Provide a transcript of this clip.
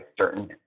certain